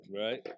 Right